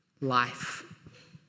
life